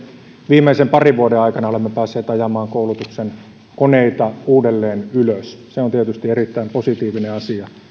viimeisen parin vuoden aikana olemme päässeet ajamaan koulutuksen koneita uudelleen ylös se on tietysti erittäin positiivinen asia